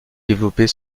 développer